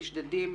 נשדדים,